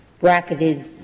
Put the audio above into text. bracketed